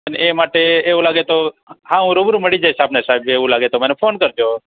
અને એ માટે એવું લાગે તો હા હું રૂબરૂ મળી જાઈશ આપને સાહેબજી એવું લાગે તો મને ફોન કરજો